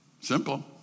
Simple